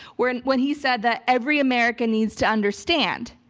where and when he said that every american needs to understand,